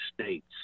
States